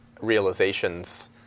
realizations